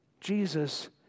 Jesus